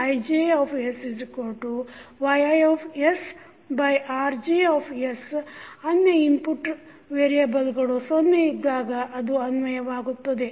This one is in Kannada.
GijsYiRj ಅನ್ಯ ಇನ್ಪುಟ್ ವೇರಿಯಬಲ್ಗಳು 0 ಇದ್ದಾಗ ಇದು ಅನ್ವಯವಾಗುತ್ತದೆ